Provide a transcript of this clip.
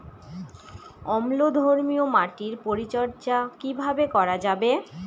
অম্লধর্মীয় মাটির পরিচর্যা কিভাবে করা যাবে?